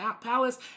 Palace